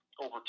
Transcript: over